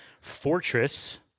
Fortress